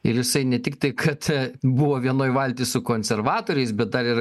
ir jisai ne tiktai kad buvo vienoj valty su konservatoriais bet dar ir